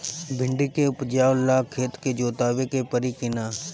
भिंदी के उपजाव ला खेत के जोतावे के परी कि ना?